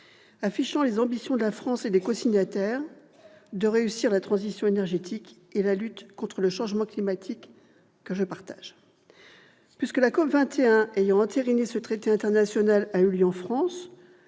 affichant les ambitions de la France et des cosignataires de réussir la transition énergétique et la lutte contre le changement climatique, ambitions que je partage. Puisque la COP21 qui a entériné ce traité international a eu lieu en France,